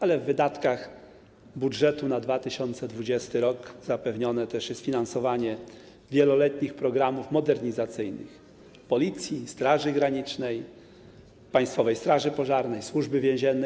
Ale w wydatkach budżetu na 2020 r. zapewnione też jest finansowanie wieloletnich programów modernizacyjnych: Policji, Straży Granicznej, Państwowej Straży Pożarnej, Służby Więziennej.